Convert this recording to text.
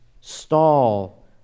stall